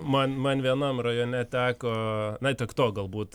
man man vienam rajone teko na tiek to galbūt